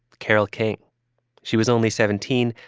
carole king she was only seventeen,